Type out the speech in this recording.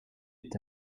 est